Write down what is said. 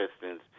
Pistons